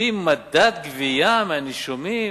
על-פי מדד גבייה מהנישומים,